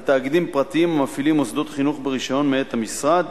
על תאגידים פרטיים המפעילים מוסדות חינוך ברשיון מאת המשרד,